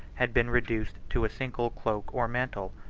had been reduced to a single cloak or mantle,